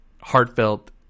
heartfelt